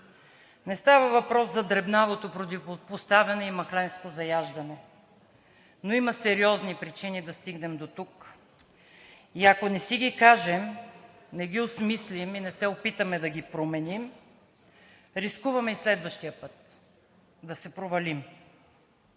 Не става въпрос за дребнавото противопоставяне и махленско заяждане, но има сериозни причини да стигнем дотук и ако не си ги кажем, не ги осмислим и не се опитаме да ги променим, рискуваме и следващия път да се провалим.